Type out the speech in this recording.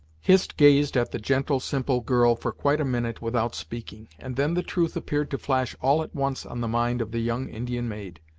hist gazed at the gentle, simple girl, for quite a minute without speaking, and then the truth appeared to flash all at once on the mind of the young indian maid.